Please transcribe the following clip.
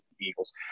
Eagles